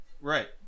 right